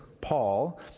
Paul